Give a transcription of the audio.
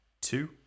two